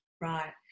Right